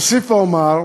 אוסיף ואומר,